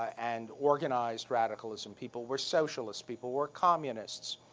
and organized radicalism. people were socialists. people were communists.